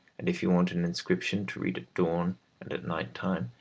and if you want an inscription to read at dawn and at night-time,